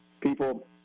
people